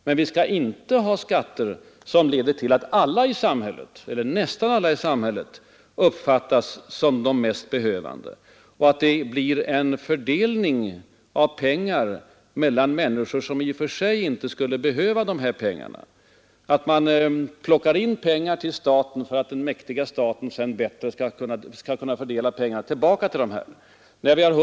Men vi skall inte ha skatter som leder till att alla i samhället, eller nästan alla i samhället, uppfattas som de mest behövande och att det blir en fördelning av pengar mellan människor som i och för sig inte skulle behöva dessa pengar — så att man plockar in pengar till staten för att den mäktiga staten sedan bättre skall kunna fördela pengarna tillbaka till människorna.